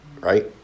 right